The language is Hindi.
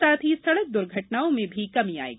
साथ ही सड़क दुर्घटनाओं में भी कमी आएगी